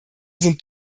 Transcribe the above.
sind